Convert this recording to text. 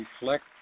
reflect